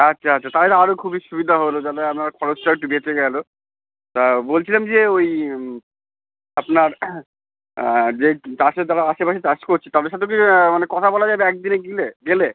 আচ্ছা আচ্ছা তাহলে আরো খুবই সুবিধা হলো তাহলে আপনার খরচটা একটু বেঁচে গেলো তা বলছিলাম যে ওই আপনার যে চাষের দাদা আশেপাশে চাষ করছে তাদের সাথে কি মানে কথা বলা যাবে এক দিনে গিলে গেলে